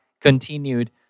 continued